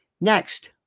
Next